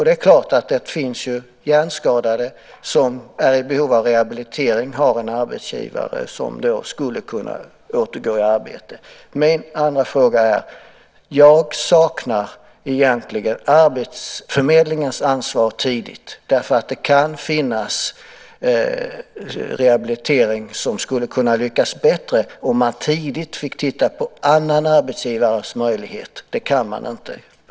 Det är klart att det finns hjärnskadade som är i behov av rehabilitering, som har en arbetsgivare och som skulle kunna återgå i arbete. Min andra fråga handlar om att jag saknar ett tidigt ansvar från arbetsförmedlingen, för det kan finnas rehabilitering som skulle kunna lyckas bättre om man tidigt fick titta på annan arbetsgivares möjligheter. Det kan man inte göra nu.